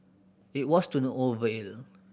it was to no